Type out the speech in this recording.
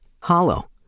hollow